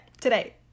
Today